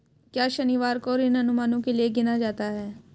क्या शनिवार को ऋण अनुमानों के लिए गिना जाता है?